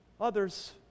others